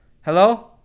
Hello